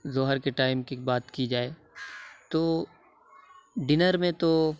ظہر کے ٹائم کی بات کی جائے تو ڈنر میں تو